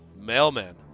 Mailman